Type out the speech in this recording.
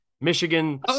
michigan